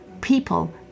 people